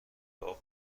اهداف